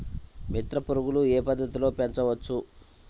మిత్ర పురుగులు ఏ పద్దతిలో పెంచవచ్చు?